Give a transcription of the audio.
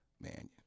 man